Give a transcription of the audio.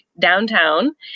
downtown